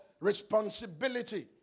Responsibility